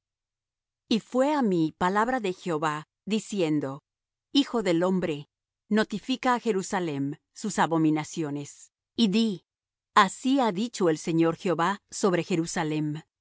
y fué á mí palabra de jehová diciendo hijo del hombre notifica á jerusalem sus abominaciones y di así ha dicho el señor jehová sobre jerusalem